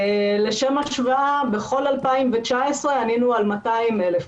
לשם השוואה, בכל 2018 ענינו על 200,000 פניות.